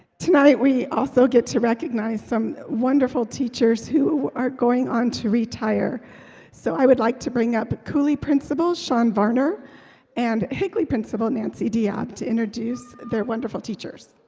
tonight we also get to recognize some wonderful teachers who are going on to retire so i would like to bring up the cooley principal sean varner and higley principal nancy diab to introduce their wonderful teachers